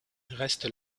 reste